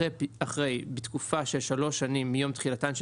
אחרי "בתקופה של שלוש שנים מיום תחילתן של